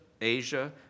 Asia